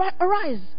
arise